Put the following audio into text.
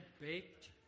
baked